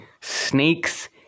snakes